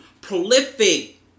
prolific